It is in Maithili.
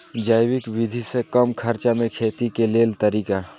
जैविक विधि से कम खर्चा में खेती के लेल तरीका?